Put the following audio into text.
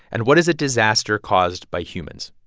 and what is a disaster caused by humans?